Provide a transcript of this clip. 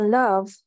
love